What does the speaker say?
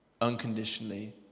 unconditionally